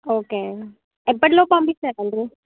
okay ఎప్పటిలోకి పంపిస్తారు అండి